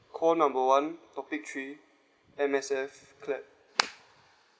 call number one topic three M_S_F clap